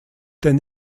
den